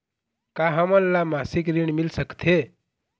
का हमन ला मासिक ऋण मिल सकथे?